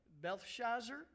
Belshazzar